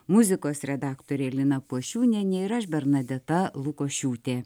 muzikos redaktorė lina pošiūnienė ir aš bernadeta lukošiūtė